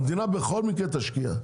המדינה בכל מקרה תשקיע.